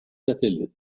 satellite